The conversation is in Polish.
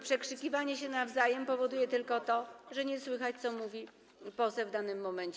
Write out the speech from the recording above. Przekrzykiwanie się nawzajem powoduje tylko to, że nie słychać, co mówi poseł w danym momencie.